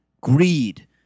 Greed